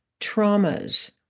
traumas